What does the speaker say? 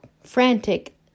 frantic